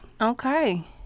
Okay